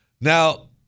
Now